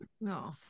no